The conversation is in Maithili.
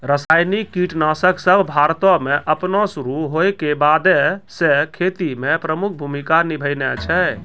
रसायनिक कीटनाशक सभ भारतो मे अपनो शुरू होय के बादे से खेती मे प्रमुख भूमिका निभैने छै